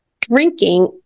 drinking